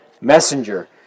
messenger